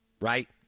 right